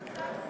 קצת צניעות.